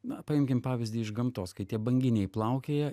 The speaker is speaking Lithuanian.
na paimkim pavyzdį iš gamtos kai tie banginiai plaukioja